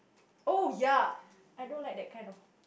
oh ya I don't like that kind of